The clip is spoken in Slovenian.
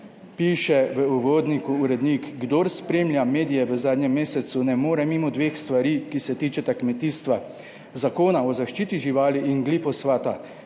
piše v uvodniku urednik, kdor spremlja medije v zadnjem mesecu, ne more mimo dveh stvari, ki se tičeta kmetijstva: Zakona o zaščiti živali in glifosata.